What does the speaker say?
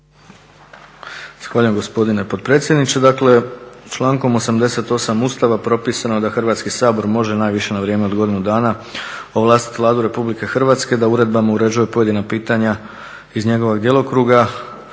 Zahvaljujem gospodine potpredsjedniče. Dakle člankom 88. Ustava propisano je da Hrvatski sabor može najviše na vrijeme od godinu dana ovlastiti Vladu Republike Hrvatske da uredbama uređuje pojedina pitanja iz njegovog djelokruga,